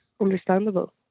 understandable